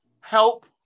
help